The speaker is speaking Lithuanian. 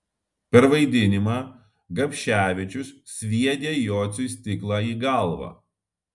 per vaidinimą gapševičius sviedė jocui stiklą į galvą